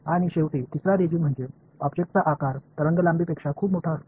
आणि शेवटी तिसरा रेजिम म्हणजे ऑब्जेक्टचा आकार तरंगलांबीपेक्षा खूप मोठा असतो